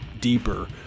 deeper